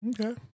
Okay